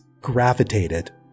gravitated